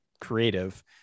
creative